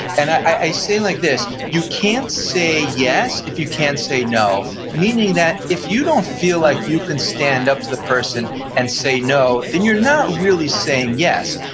and i say like this, you can't say yes if you can't say no. meaning that if you don't feel like you can stand up to the person and say no then you're not really saying yes,